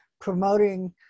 promoting